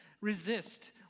Resist